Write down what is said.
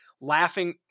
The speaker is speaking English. laughing